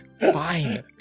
Fine